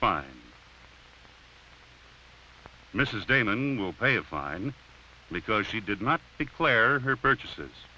fine mrs damon will pay a fine because she did not declare her purchases